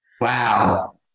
wow